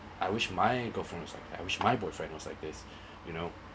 I wish my girlfriend was like that I wish my boyfriend was like this you know